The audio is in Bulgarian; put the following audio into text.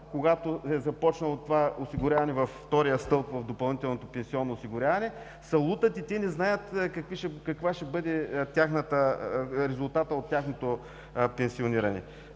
когато е започнало това осигуряване във втория стълб в допълнителното пенсионно осигуряване, се лутат и те не знаят какъв ще бъде резултатът от тяхното пенсиониране.